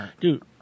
dude